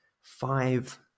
five